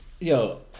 yo